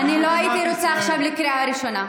אני לא הייתי רוצה לקרוא אותך קריאה ראשונה.